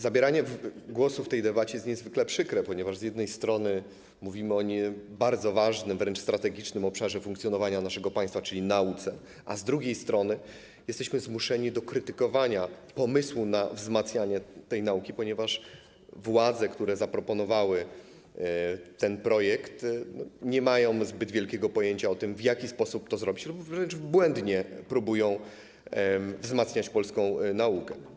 Zabieranie głosu w tej debacie jest niezwykle przykre, ponieważ z jednej strony mówimy o bardzo ważnym, wręcz strategicznym obszarze funkcjonowania naszego państwa, czyli nauce, a z drugiej strony jesteśmy zmuszeni do krytykowania pomysłu na wzmacnianie tej nauki, ponieważ władze, które zaproponowały ten projekt, nie mają zbyt wielkiego pojęcia o tym, w jaki sposób to zrobić, lub wręcz błędnie próbują wzmacniać polską naukę.